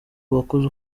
uwakoze